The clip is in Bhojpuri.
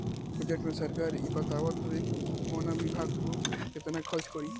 बजट में सरकार इ बतावत हवे कि उ कवना विभाग पअ केतना खर्चा करी